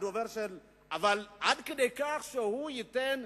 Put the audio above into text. אבל עד כדי כך שהוא ייתן,